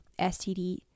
STD